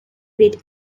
rate